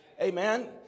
Amen